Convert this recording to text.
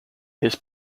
his